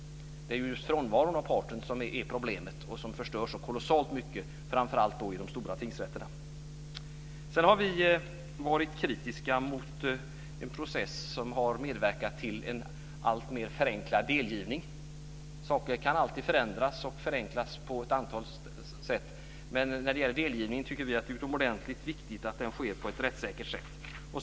Det är just den ena partens frånvaro som är problemet och som förstör så kolossalt mycket, framför allt vid de stora tingsrätterna. Vi har för det andra varit kritiska mot en process som har medverkat till en alltmer förenklad delgivning. Saker kan alltid förändras och förenklas på ett antal sätt, men när det gäller delgivning tycker vi att det är utomordentligt viktigt att den sker på ett rättssäkert sätt.